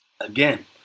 Again